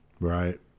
Right